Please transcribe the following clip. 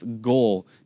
goal